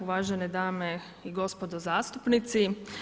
Uvažene dame i gospodo zastupnici.